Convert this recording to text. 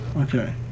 Okay